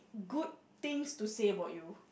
good things to say about you